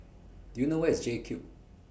Do YOU know Where IS JCube